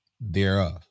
thereof